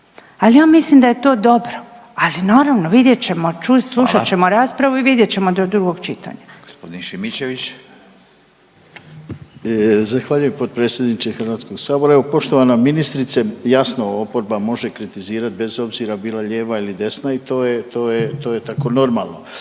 ali ja mislim da je to dobro. Ali, naravno, vidjet ćemo, slušat ćemo raspravu i vidjet ćemo do drugog čitanja. **Radin, Furio (Nezavisni)** Hvala. G. Šimičević. **Šimičević, Rade (HDZ)** Zahvaljujem potpredsjedniče HS-a, evo, poštovana ministrice, jasno oporba može kritizirati, bez obzira, bila lijeva ili desna i to je tako normalno.